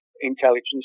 intelligence